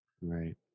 Right